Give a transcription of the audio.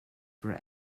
for